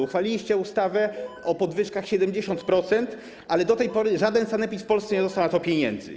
Uchwaliliście ustawę o podwyżkach o 70%, ale do tej pory żaden sanepid w Polsce nie dostał na to pieniędzy.